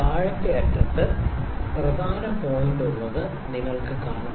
താഴത്തെ അറ്റത്ത് പ്രധാന പോയിന്റുള്ളത് നിങ്ങൾക്ക് കാണാം